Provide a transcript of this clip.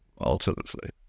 ultimately